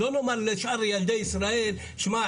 אז לא נאמר לשאר ילדי ישראל: שמע,